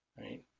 right